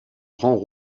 grands